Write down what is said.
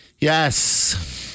Yes